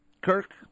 Kirk